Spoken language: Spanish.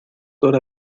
hora